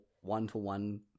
one-to-one